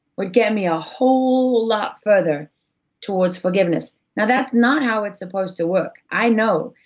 would get me a whole lot further towards forgiveness now, that's not how it's supposed to work, i know,